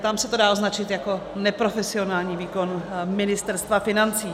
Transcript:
Tam se to dá označit jako neprofesionální výkon Ministerstva financí.